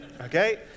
Okay